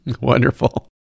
Wonderful